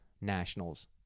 nationals